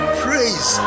praise